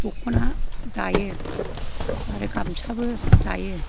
दखना दायो आरो गामसाबो दायो